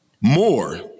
more